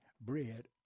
bread